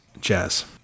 Jazz